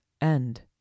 end